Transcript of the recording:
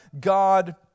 God